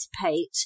participate